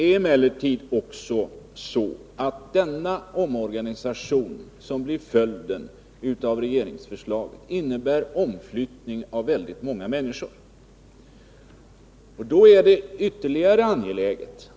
Den omorganisation som blir följden av regeringsförslaget innebär omflyttning av väldigt många människor. Då handlar det inte bara om pengar.